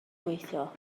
gweithio